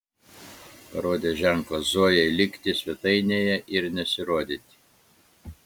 parodė ženklą zojai likti svetainėje ir nesirodyti